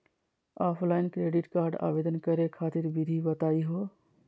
Offline credit card आवेदन करे खातिर विधि बताही हो?